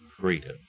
freedom